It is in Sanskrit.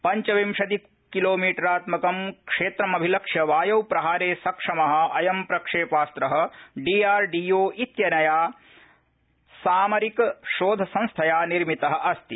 पञ्चविंशति किलोमीटरात्मकं क्षेत्रमभिलक्ष्य वायौ प्रहारे सक्षम अयं प्रक्षेपास्त्र डीआरडीओ इत्यनया सामरिकशोधसंस्थया निर्मित अस्ति